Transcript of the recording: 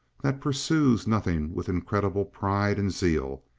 that pursues nothing with incredible pride and zeal,